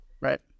right